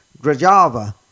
Grajava